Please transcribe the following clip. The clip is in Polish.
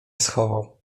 schował